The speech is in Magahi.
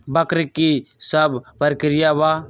वक्र कि शव प्रकिया वा?